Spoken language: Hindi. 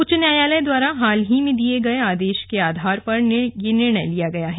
उच्च न्यायालय द्वारा हाल ही में दिए गए आदेश के आधार पर ये निर्णय लिया गया है